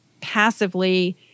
passively